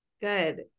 good